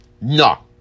No